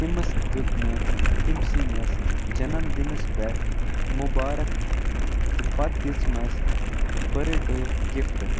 تٔمِس دیُت مےٚ تٔمۍ سٕنٛدِس جَنم دِنَس پٮ۪ٹھ مُبارَک تہٕ پَتہٕ دِژمَس بٔرٕڈے گِفٹ